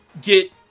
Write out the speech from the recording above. get